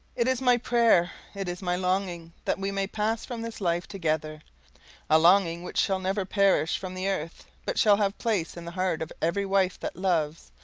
it is my prayer, it is my longing, that we may pass from this life together a longing which shall never perish from the earth, but shall have place in the heart of every wife that loves,